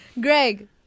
Greg